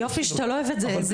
יופי שאתה לא אוהב את זה.